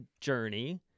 journey